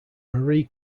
marie